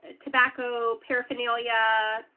tobacco paraphernalia.